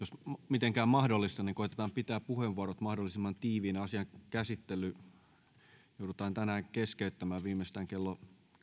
mitenkään mahdollista niin koetetaan pitää puheenvuorot mahdollisimman tiiviinä asian käsittely joudutaan tänään keskeyttämään viimeistään kello